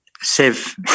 Sev